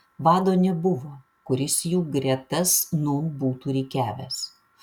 vado nebuvo kuris jų gretas nūn būtų rikiavęs